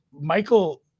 Michael